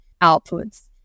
outputs